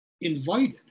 invited